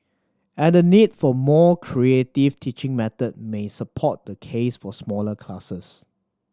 and the need for more creative teaching methods may support the case for smaller classes